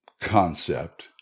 concept